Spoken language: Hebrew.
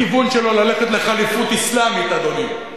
הכיוון שלו ללכת לחליפות אסלאמית, אדוני,